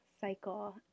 cycle